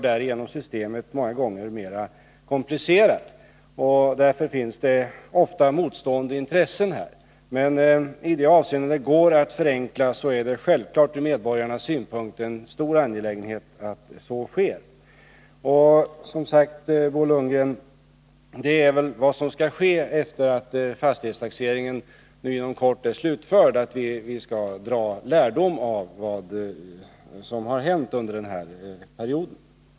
Därigenom blir systemet ofta mera komplicerat. Så ofta finns det motstridande intressen på det här området. Men i den mån det går att förenkla systemet, är det naturligtvis från medborgarnas synpunkt angeläget att så sker. Bo Lundgren, detta är väl, som sagt, vad som skall ske sedan fastighetstaxeringen nu snart har slutförts: vi skall alltså dra lärdom av vad som har hänt under den här perioden.